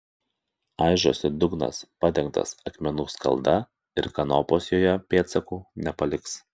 aižosi dugnas padengtas akmenų skalda ir kanopos joje pėdsakų nepaliks